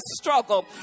struggle